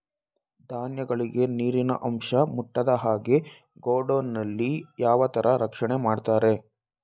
ಧಾನ್ಯಗಳಿಗೆ ನೀರಿನ ಅಂಶ ಮುಟ್ಟದ ಹಾಗೆ ಗೋಡೌನ್ ನಲ್ಲಿ ಯಾವ ತರ ರಕ್ಷಣೆ ಮಾಡ್ತಾರೆ?